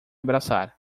abraçar